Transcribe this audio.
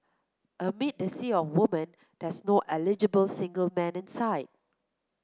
amid the sea of women there's no eligible single man in sight